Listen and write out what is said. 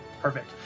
Perfect